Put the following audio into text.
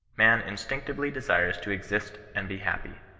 man instinctively desires to exist and be happy.